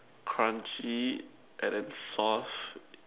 crunchy and the sauce